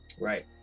right